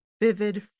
vivid